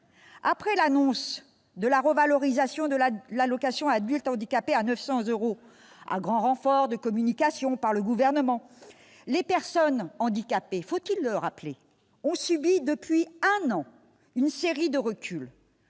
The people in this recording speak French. Après l'annonce de la revalorisation de l'allocation aux adultes handicapés à 900 euros à grand renfort de communication par le Gouvernement, les personnes handicapées- faut-il le rappeler ? -ont subi depuis un an une série de reculs